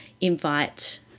invite